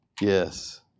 Yes